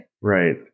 Right